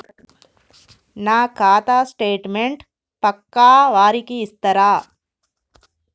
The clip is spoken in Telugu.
నా ఖాతా స్టేట్మెంట్ పక్కా వారికి ఇస్తరా?